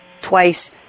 twice